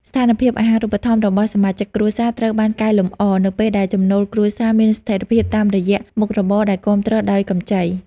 ស្ថានភាពអាហារូបត្ថម្ភរបស់សមាជិកគ្រួសារត្រូវបានកែលម្អ នៅពេលដែលចំណូលគ្រួសារមានស្ថិរភាពតាមរយៈមុខរបរដែលគាំទ្រដោយកម្ចី។